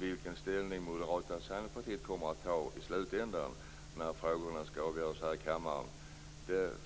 Vilket ställningstagande som Moderata samlingspartiet kommer göra i slutänden när frågorna skall avgöras här i kammaren